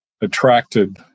attracted